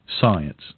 science